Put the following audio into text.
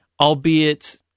albeit